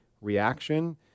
reaction